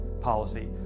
policy